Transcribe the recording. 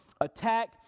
attack